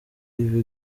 iba